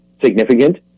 significant